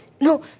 no